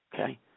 Okay